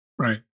right